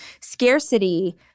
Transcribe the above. scarcity